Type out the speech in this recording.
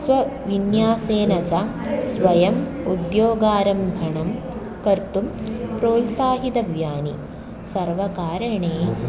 स्वविन्यासेन च स्वयम् उद्योगारम्भं कर्तुं प्रोत्साहितव्यानि सर्वकारणे